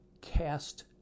cast